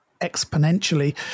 exponentially